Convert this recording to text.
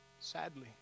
Sadly